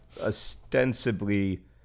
ostensibly